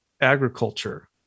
agriculture